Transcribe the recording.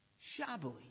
shabbily